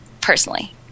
personally